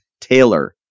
Taylor